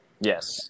Yes